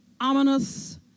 ominous